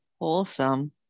wholesome